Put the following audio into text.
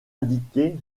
indiquées